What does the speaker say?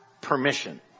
permission